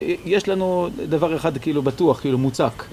יש לנו דבר אחד כאילו בטוח, כאילו מוצק.